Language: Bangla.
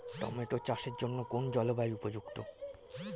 টোমাটো চাষের জন্য কোন জলবায়ু উপযুক্ত?